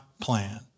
plan